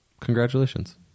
Congratulations